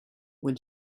when